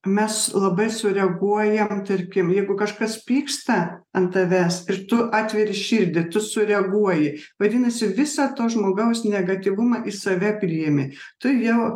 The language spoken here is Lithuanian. mes labai sureaguojam tarkim jeigu kažkas pyksta ant tavęs ir tu atveri širdį tu sureaguoji vadinasi visą to žmogaus negatyvumą į save priimi tu jau